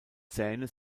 zähne